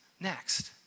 Next